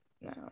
no